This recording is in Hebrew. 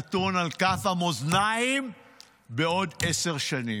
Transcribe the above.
נתון על כף המאזניים בעוד עשר שנים.